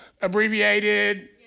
abbreviated